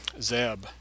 Zeb